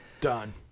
Done